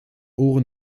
ohren